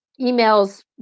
emails